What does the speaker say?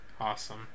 Awesome